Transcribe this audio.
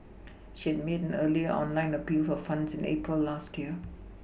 she had made an earlier online appeal for funds in April last year